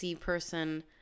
person